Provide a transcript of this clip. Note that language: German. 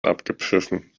abgepfiffen